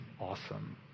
awesome